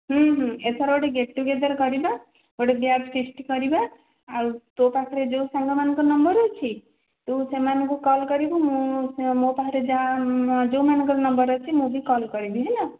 ଏଥର ଗୋଟେ ଗେଟ୍ଟୁଗେଦର କରିବା ଗୋଟେ ବ୍ୟାଚ୍ ଫିଷ୍ଟ୍ କରିବା ଆଉ ତୋ ପାଖରେ ଯେଉଁ ସାଙ୍ଗମାନଙ୍କ ନମ୍ୱର ଅଛି ତୁ ସେମାନଙ୍କୁ କଲ୍ କରିବୁ ମୋ ପାଖରେ ଯେଉଁମାନଙ୍କର ନମ୍ୱର ଅଛି ମୁଁ ବି କଲ୍ କରିବି ହେଲା